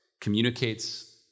communicates